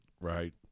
Right